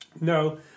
No